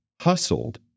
hustled